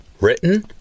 Written